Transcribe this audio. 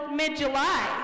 mid-july